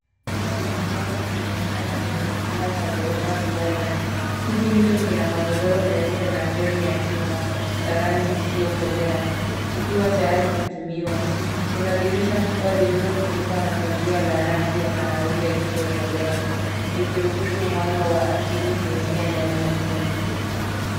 Chumba cha kulala kinaonekana chenye kitanda cha ghorofa kimoja. Kiti hicho kina magodoro meupe na fremu ya chuma, cha rangi isiokolea, kikiwa tayari kutumiwa. Kuna dirisha kubwa lililofunikwa na pazia la rangi ya kahawia isiokolea likiruhusu mwanga wa asili kuingia ndani ya chumba.